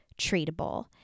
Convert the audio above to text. treatable